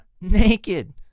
naked